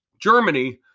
Germany